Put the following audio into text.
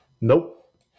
Nope